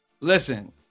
listen